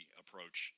approach